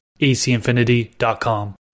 acinfinity.com